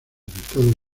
estados